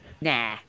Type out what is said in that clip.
Nah